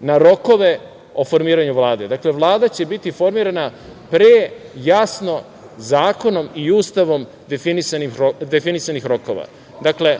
na rokove o formiranju Vlade. Dakle, Vlada će biti formirana pre jasno zakonom i Ustavom definisanih rokova. Dakle,